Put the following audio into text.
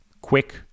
quick